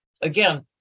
again